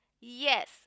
Yes